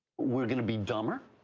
we're going to be dumber.